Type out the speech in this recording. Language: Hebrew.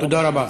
תודה רבה.